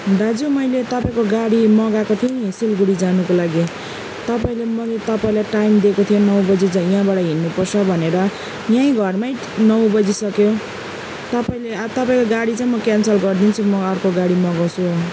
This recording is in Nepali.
दाजु मैले तपाईँको गाडी मँगाएको थिएँ नि सिलगढी जानुको लागि तपाईँले मैले तपाईँलाई टाइम दिएको थिएँ नौ बजी चाहिँ यहाँबाट हिँड्नु पर्छ भनेर यहीँ घरमै नौ बजिसक्यो तपाईँले तपाईँको गाडी चाहिँ म क्यान्सल गर्दिन्छु अर्को गाडी मगाउँछु